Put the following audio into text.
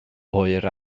oer